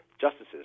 justices